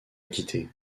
acquitté